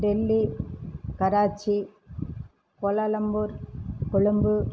Delhi Karachi Kuala Lumpur Colombo